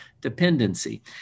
dependency